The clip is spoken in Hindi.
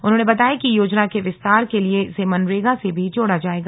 उन्होने बताया कि योजना के विस्तार के लिए इसे मनरेगा से भी जोड़ा जाएगा